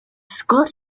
scott